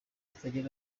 zitagira